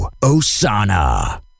osana